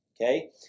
okay